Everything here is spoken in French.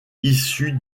issu